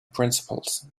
principles